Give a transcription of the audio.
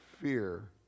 fear